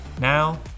now